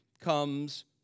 comes